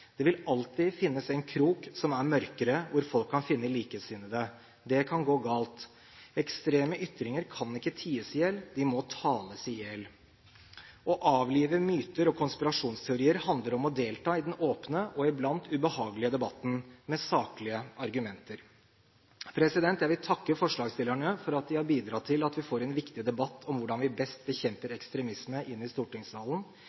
Det vil alltid finnes en krok som er mørkere, hvor folk kan finne likesinnede. Det kan gå galt. Ekstreme ytringer kan ikke ties i hjel, de må tales i hjel. Å avlive myter og konspirasjonsteorier handler om å delta i den åpne – og iblant ubehagelige – debatten med saklige argumenter. Jeg vil takke forslagsstillerne for at de har bidratt til at vi får en viktig debatt om hvordan vi best bekjemper